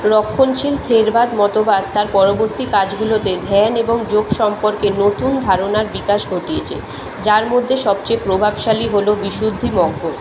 রক্ষণশীল থেরবাদ মতবাদ তার পরবর্তী কাজগুলোতে ধ্যান এবং যোগ সম্পর্কে নতুন ধারণার বিকাশ ঘটিয়েছে যার মধ্যে সবচেয়ে প্রভাবশালী হল বিশুদ্ধিমজ্ঞ